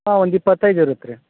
ಹಾಂ ಒಂದು ಇಪ್ಪತ್ತೈದು ಇರುತ್ತೆ ರಿ